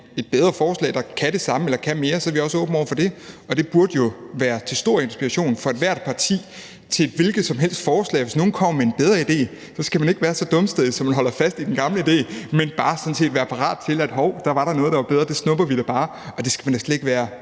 et bedre forslag, der kan det samme, eller som kan mere, er vi også åbne over for det. Det burde jo være til stor inspiration for ethvert parti til et hvilket som helst forslag, at hvis nogen kommer med en bedre idé, skal man ikke være så dumstædig, at man holder fast i den gamle idé, men sådan set bare være parat til at sige: Hov, der var da noget, der var bedre; det snupper vi bare. Og det skal man da slet ikke være